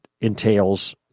entails